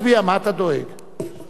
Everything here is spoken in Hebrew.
נדמה לי שהיא לא במחלוקת,